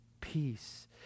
Peace